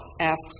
asks